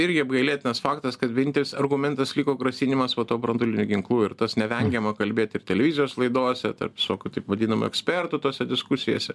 irgi apgailėtinas faktas kad vienintelis argumentas liko grasinimas vat tuo branduoliniu ginklu ir tas nevengiama kalbėti ir televizijos laidose tarp tokių taip vadinamų ekspertų tose diskusijose